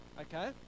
okay